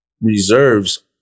reserves